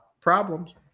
Problems